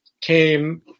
came